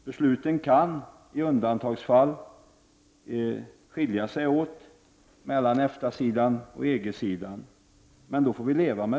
Beslut kan i undantagsfall skilja sig åt mellan EFTA och EG, men det får vi leva med.